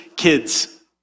Kids